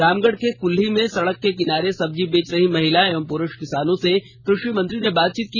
रामगढ़ के कुल्ही में सड़क के किनारे सब्जी बेच रही महिला एवं पुरुष किसानों से कृषि मंत्री ने बातचीत की